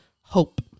Hope